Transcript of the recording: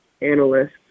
analysts